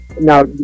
Now